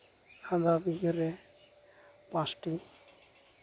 ᱟᱫᱷᱟ ᱵᱤᱜᱷᱟᱹᱨᱮ ᱯᱟᱸᱪᱴᱤ